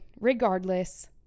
regardless